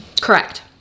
correct